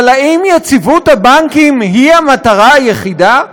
אבל האם יציבות הבנקים היא המטרה היחידה?